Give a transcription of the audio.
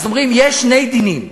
אז אומרים שיש שני דינים: